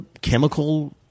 chemical